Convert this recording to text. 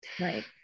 Right